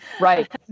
Right